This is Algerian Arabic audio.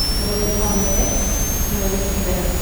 نبغي الأوملات و نبغي الكباب.